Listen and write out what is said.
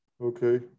Okay